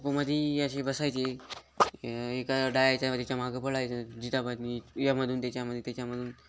खोखोमध्ये हे असे बसायचे ए एका धावायच्यामागे त्याच्या मागं पळायचं जितापनी यामधून त्याच्यामध्ये त्याच्यामधून